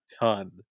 ton